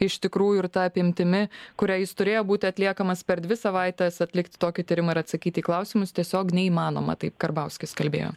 iš tikrųjų ir ta apimtimi kuria jis turėjo būti atliekamas per dvi savaites atlikt tokį tyrimą ir atsakyt į klausimus tiesiog neįmanoma taip karbauskis kalbėjo